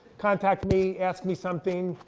contact me, ask me something.